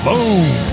Boom